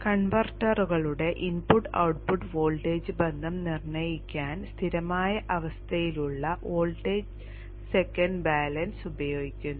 കൺവെർട്ടറുകളുടെ input output voltage ബന്ധം നിർണ്ണയിക്കാൻ സ്ഥിരമായ അവസ്ഥയിലുള്ള വോൾട്ട് സെക്കൻഡ് ബാലൻസ് ഉപയോഗിക്കുന്നു